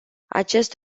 acest